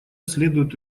следует